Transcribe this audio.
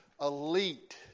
elite